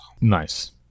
Nice